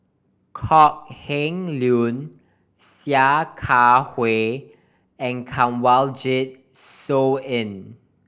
Kok Heng Leun Sia Kah Hui and Kanwaljit Soin